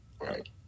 Right